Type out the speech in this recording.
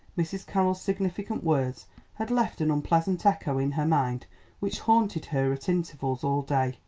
mrs. carroll's significant words had left an unpleasant echo in her mind which haunted her at intervals all day.